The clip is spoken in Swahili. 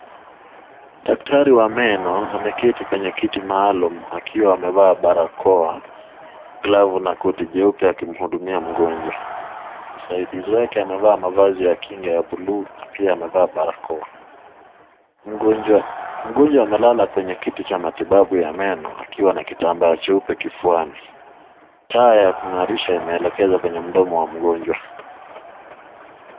Daktari wa meno ameketi kwenye kiti maalum akiwa amevaa barakoa, glavu na koti jeupe akiwa akimhudumia mgonjwa, msaidizi wake amevaa mavazi ya kinga ya buluu na pia amevaa barakoa, mgonjwa amelala kwenye kiti cha matibabu ya meno akiwa na kitambaa jeupe kifuani, taa ya kungarisha imeelekezwa kwenye mdomo wa mgonjwa.